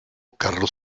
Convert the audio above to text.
carlos